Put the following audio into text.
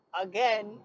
Again